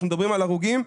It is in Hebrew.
אנחנו מדברים על הרוגים,